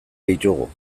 ditugu